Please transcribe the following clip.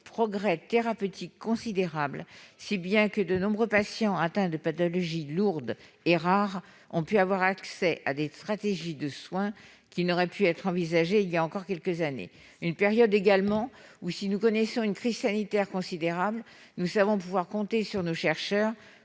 progrès thérapeutiques considérables, si bien que de nombreux patients atteints de pathologies lourdes et rares ont pu avoir accès à des stratégies de soins qui n'auraient pu être envisagées il y a encore quelques années ; une période où, si nous connaissons une crise sanitaire considérable, nous savons pouvoir compter sur nos chercheurs